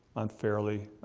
unfairly